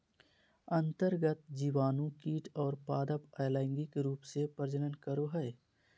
अन्तर्गत जीवाणु कीट और पादप अलैंगिक रूप से प्रजनन करो हइ